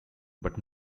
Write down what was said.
but